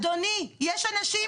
אדוני, יש אנשים